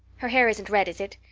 her hair isn't red, is it?